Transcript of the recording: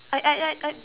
I I I I